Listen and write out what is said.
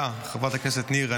המציעה חברת הכנסת ניר,